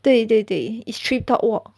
对对对 is treetop walk